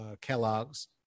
Kellogg's